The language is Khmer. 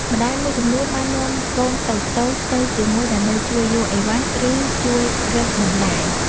ម្ដាយមួយចំនួនបាននាំកូនតូចៗទៅជាមួយដើម្បីជួយយួរអីវ៉ាន់ ឬជួយរើសបន្លែ។